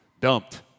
dumped